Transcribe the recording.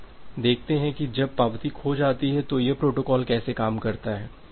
अब देखते हैं कि जब पावती खो जाती है तो यह प्रोटोकॉल कैसे काम करता है